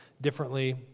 differently